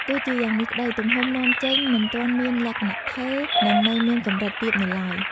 ទោះជាយ៉ាងនេះក្តី ទំហំនាំចេញមិនទាន់មានលក្ខណៈថេរ និងនៅមានកម្រិតទាបនៅឡើយ។